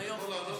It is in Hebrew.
עם היופי.